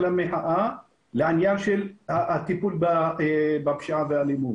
המחאה לעניין של הטיפול בפשיעה ובאלימות.